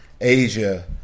Asia